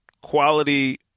quality